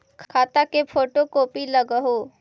खाता के photo copy लगहै?